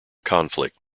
conflict